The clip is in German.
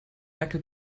dackel